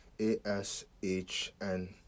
A-S-H-N